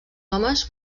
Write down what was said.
homes